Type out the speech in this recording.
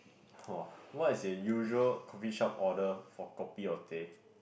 !wah! what is your usual coffee shop order for kopi or teh